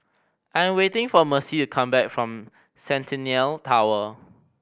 I am waiting for Mercy to come back from Centennial Tower